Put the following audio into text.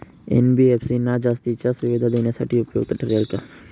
NBFC ना जास्तीच्या सुविधा देण्यासाठी उपयुक्त ठरेल का?